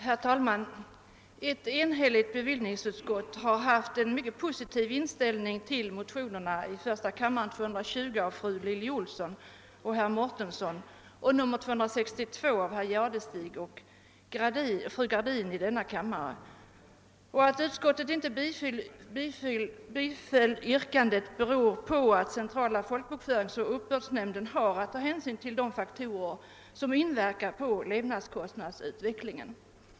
Herr talman! Ett enhälligt bevillningsutskott har haft en mycket positiv inställning till motionerna I: 220 av fru Lilly Ohlsson och herr Mårtensson samt 11: 262 av herr Jadestig och fru Gradin. Att utskottet inte tillstyrkt bifall till motionerna beror på att centrala folkbokföringsoch uppbördsnämnden har att ta hänsyn till de faktorer som inverkar på levnadskostnadsutvecklingen.